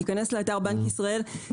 תיכנס לאתר בנק ישראל,